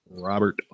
Robert